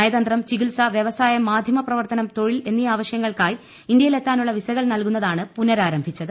നയതന്ത്രം ചികിത്സ വ്യവസായം മാധ്യമ പ്രവർത്തനം തൊഴിൽ എന്നീ ആവശ്യങ്ങൾക്കായി ഇന്തൃയിലെത്താനുള്ള വിസകൾ നൽകുന്നതാണ് പുനരാരംഭിച്ചത്